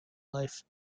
life